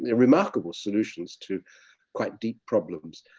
ah remarkable solutions to quite deep problems.